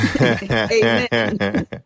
Amen